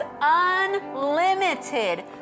unlimited